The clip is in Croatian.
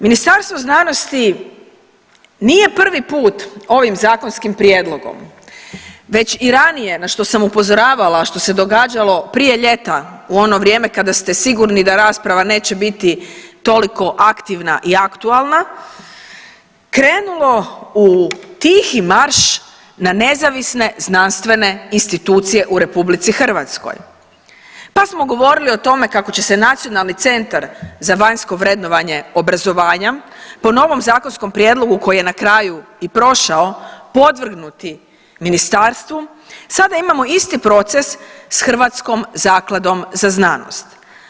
Ministarstvo znanosti nije prvi put ovim zakonskim prijedlogom već i ranije na što sam upozoravala, a što se događalo prije ljeta u ono vrijeme kada ste sigurni da rasprava neće biti toliko aktivna i aktualna krenulo u tihi marš na nezavisne znanstvene institucije u RH, pa smo govorili o tome kako će se Nacionalni centar za vanjsko vrednovanje obrazovanja po novom zakonskom prijedlogu koji je na kraju i prošao podvrgnuti ministarstvu sada imamo isti proces sa Hrvatskom zakladom za znanost.